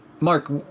Mark